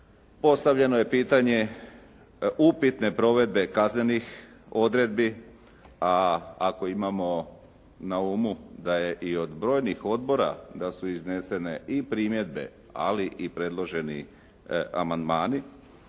postavljeno je pitanje upitne provedbe kaznenih odredbi, a ako imamo na umu da je i od brojnih odbora da su iznesene i primjedbe ali i predloženi amandmani